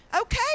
Okay